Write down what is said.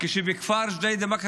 כשבכפר ג'דיידה-מכר,